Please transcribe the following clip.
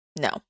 No